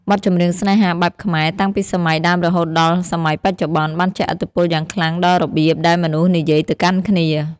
បទចម្រៀងស្នេហាបែបខ្មែរ តាំងពីសម័យដើមរហូតដល់សម័យបច្ចុប្បន្ន បានជះឥទ្ធិពលយ៉ាងខ្លាំងដល់របៀបដែលមនុស្សនិយាយទៅកាន់គ្នា។